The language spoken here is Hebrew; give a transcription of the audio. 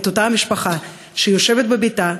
את אותה משפחה שיושבת בביתה,